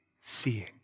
Seeing